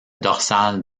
dorsale